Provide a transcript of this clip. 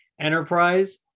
enterprise